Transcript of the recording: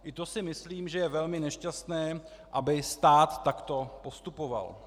I to si myslím, že je velmi nešťastné, aby stát takto postupoval.